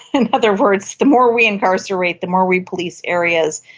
in other words, the more we incarcerate, the more we police areas,